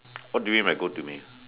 what do you mean by go to me